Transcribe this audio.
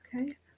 Okay